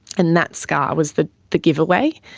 and that scar was the the giveaway.